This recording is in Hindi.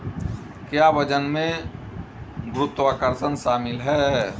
क्या वजन में गुरुत्वाकर्षण शामिल है?